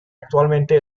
actualmente